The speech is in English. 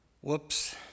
Whoops